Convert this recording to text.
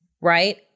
right